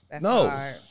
No